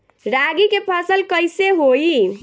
रागी के फसल कईसे होई?